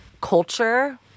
culture